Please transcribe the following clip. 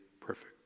perfect